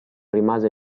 rimase